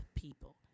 people